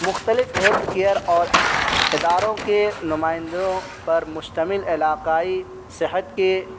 مختلف health care اور اداروں کے نمائندوں پر مشتمل علاقائی صحت کی